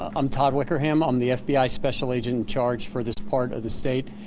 um todd wickerham, um the fbi special agent in charge for this part of the state.